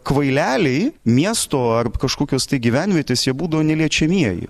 kvaileliai miesto ar kažkokios tai gyvenvietės jie būdavo neliečiamieji